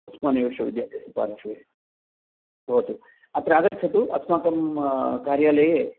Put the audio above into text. उस्मानियाविश्वविद्यालयपार्श्वे भवतु अत्र आगच्छतु अस्माकं कार्यालये